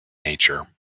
nature